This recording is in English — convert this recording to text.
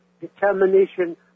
determination